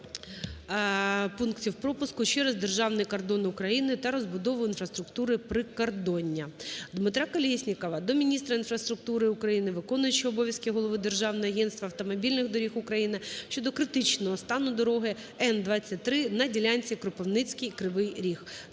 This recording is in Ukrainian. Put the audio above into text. нових пунктів пропуску через державний кордон України та розбудову інфраструктури прикордоння. Дмитра Колєснікова до міністра інфраструктури України, виконуючого обов'язки голови Державного агентства автомобільних доріг України щодо критичного стану дороги Н23 на ділянці Кропивницький-Кривий Ріг.